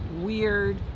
weird